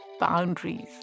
boundaries